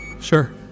Sure